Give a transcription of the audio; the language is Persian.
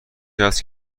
هست